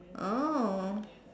oh